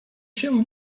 się